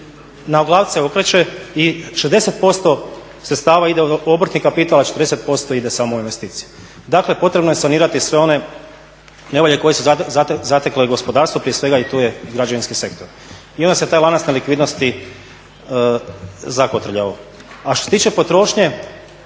naglavce okreće i 60% sredstava ide u obrtni kapital, a 40% ide samo u investicije. Dakle, potrebno je sanirati sve one nevolje koje su zatekle gospodarstvo, prije svega tu je i građevinski sektor. I onda se taj lanac nelikvidnosti zakotrljao. A što se tiče potrošnje,